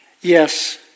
Yes